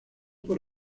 por